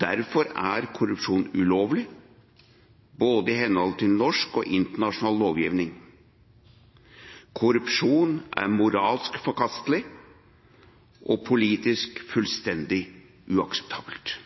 Derfor er korrupsjon ulovlig, i henhold til både norsk og internasjonal lovgivning. Korrupsjon er moralsk forkastelig og politisk fullstendig uakseptabelt.